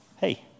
hey